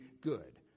good